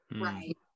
Right